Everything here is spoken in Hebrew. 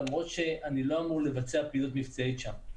למרות שאני לא אמור לבצע פעילות מבצעית שם.